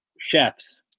Chefs